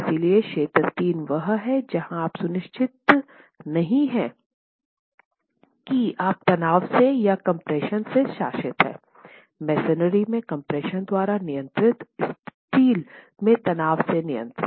इसलिए क्षेत्र 3 वह है जहां आप सुनिश्चित नहीं हैं कि आप तनाव से या कम्प्रेशन से शासित हैं मसोनरी में कम्प्रेशन द्वारा नियंत्रितस्टील में तनाव से नियंत्रित